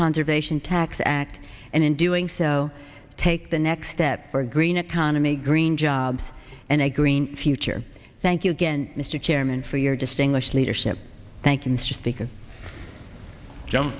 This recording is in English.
conservation tax act and in doing so take the next steps for green economy green jobs and a green future thank you again mr chairman for your distinguished leadership